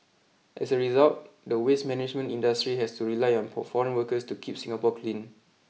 as a result the waste management industry has to rely on foreign workers to keep Singapore clean